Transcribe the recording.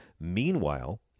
Meanwhile